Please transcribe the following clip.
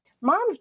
Mom's